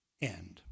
end